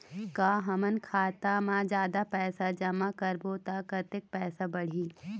का हमन खाता मा जादा पैसा जमा करबो ता कतेक पैसा बढ़ही?